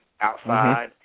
outside